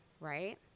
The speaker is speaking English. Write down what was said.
right